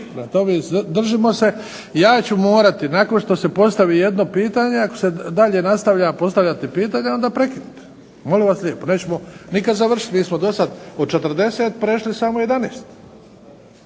tome, držimo se. Ja ću morati nakon što se postavi jedno pitanje, ako se dalje nastavlja postavljati pitanje onda prekinuti. Molim vas lijepo nećemo nikad završiti. Mi smo do sad od 40 prešli samo 11.